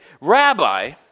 Rabbi